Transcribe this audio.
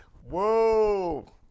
whoa